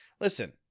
Listen